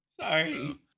Sorry